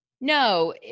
No